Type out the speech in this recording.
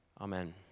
Amen